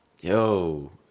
Yo